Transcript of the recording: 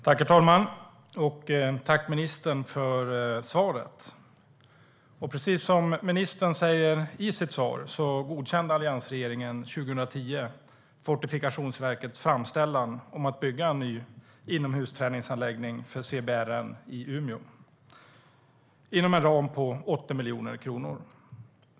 Herr talman! Tack, ministern, för svaret! Precis som ministern säger i sitt svar godkände alliansregeringen 2010 Fortifikationsverkets framställan om att bygga en ny inomhusträningsanläggning för CBRN i Umeå inom en ram på 80 miljoner kronor.